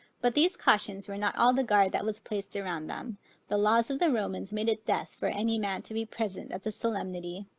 but these cautions were not all the guard that was placed around them the laws of the romans made it death for any man to be present at the solemnity.